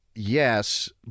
Yes